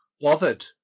bothered